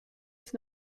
ich